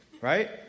Right